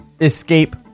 escape